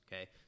okay